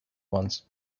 ones